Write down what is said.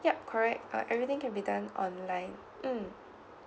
yup correct uh everything can be done online mm